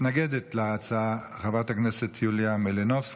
מתנגדת להצעה, חברת הכנסת יוליה מלינובסקי.